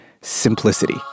Simplicity